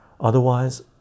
otherwise